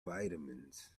vitamins